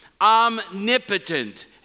omnipotent